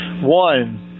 one